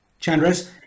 Chandras